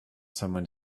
someone